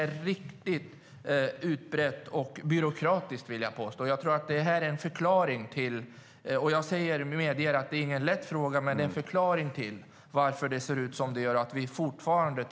Det är väldigt utbrett och byråkratiskt, vill jag påstå. Jag medger att detta inte är någon lätt fråga, men det kan vara en förklaring till varför det fortfarande ser ut som det gör.